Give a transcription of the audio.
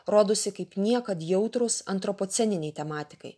rodosi kaip niekad jautrūs antropoceniniai tematikai